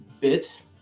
bit